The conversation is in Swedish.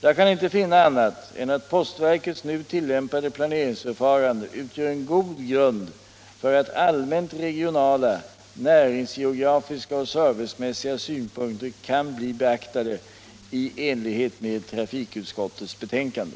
Jag kan inte finna annat än att postverkets nu tillämpade planeringsförfarande utgör en god grund för att allmänt regionala, näringsgeografiska och servicemässiga synpunkter kan bli beaktade i enlighet med trafikutskottets betänkande .